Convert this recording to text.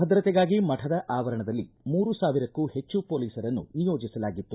ಭದ್ರತೆಗಾಗಿ ಮಠದ ಆವರಣದಲ್ಲಿ ಮೂರು ಸಾವಿರಕ್ಕೂ ಹೆಚ್ಚು ಹೊಲೀಸರನ್ನು ನಿಯೋಜಿಸಲಾಗಿತ್ತು